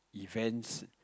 events